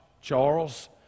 Charles